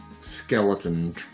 skeleton